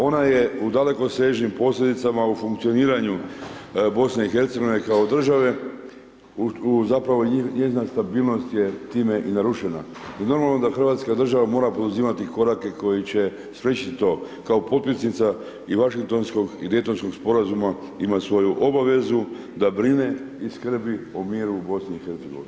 Ona je u dalekosežnim posljedicama u funkcioniranju BiH kao države, u zapravo njezina stabilnost je time i narušena i normalno da Hrvatska država mora poduzimati korake koji će spriječiti to kao potpisnica i Washingtonskog i Daytonskog sporazuma ima svoju obavezu da brine i skrbi o miru u BiH.